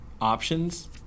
options